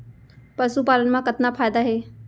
पशुपालन मा कतना फायदा हे?